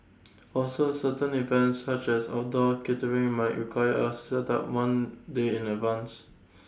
also certain events such as outdoor catering might require us to set up one day in advance